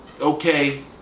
okay